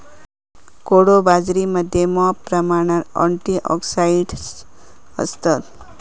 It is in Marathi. कोडो बाजरीमध्ये मॉप प्रमाणात अँटिऑक्सिडंट्स असतत